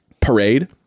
parade